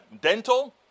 dental